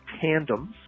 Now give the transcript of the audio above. tandems